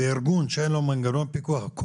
ארגון שאין לו מנגנון פיקוח,